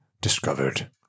discovered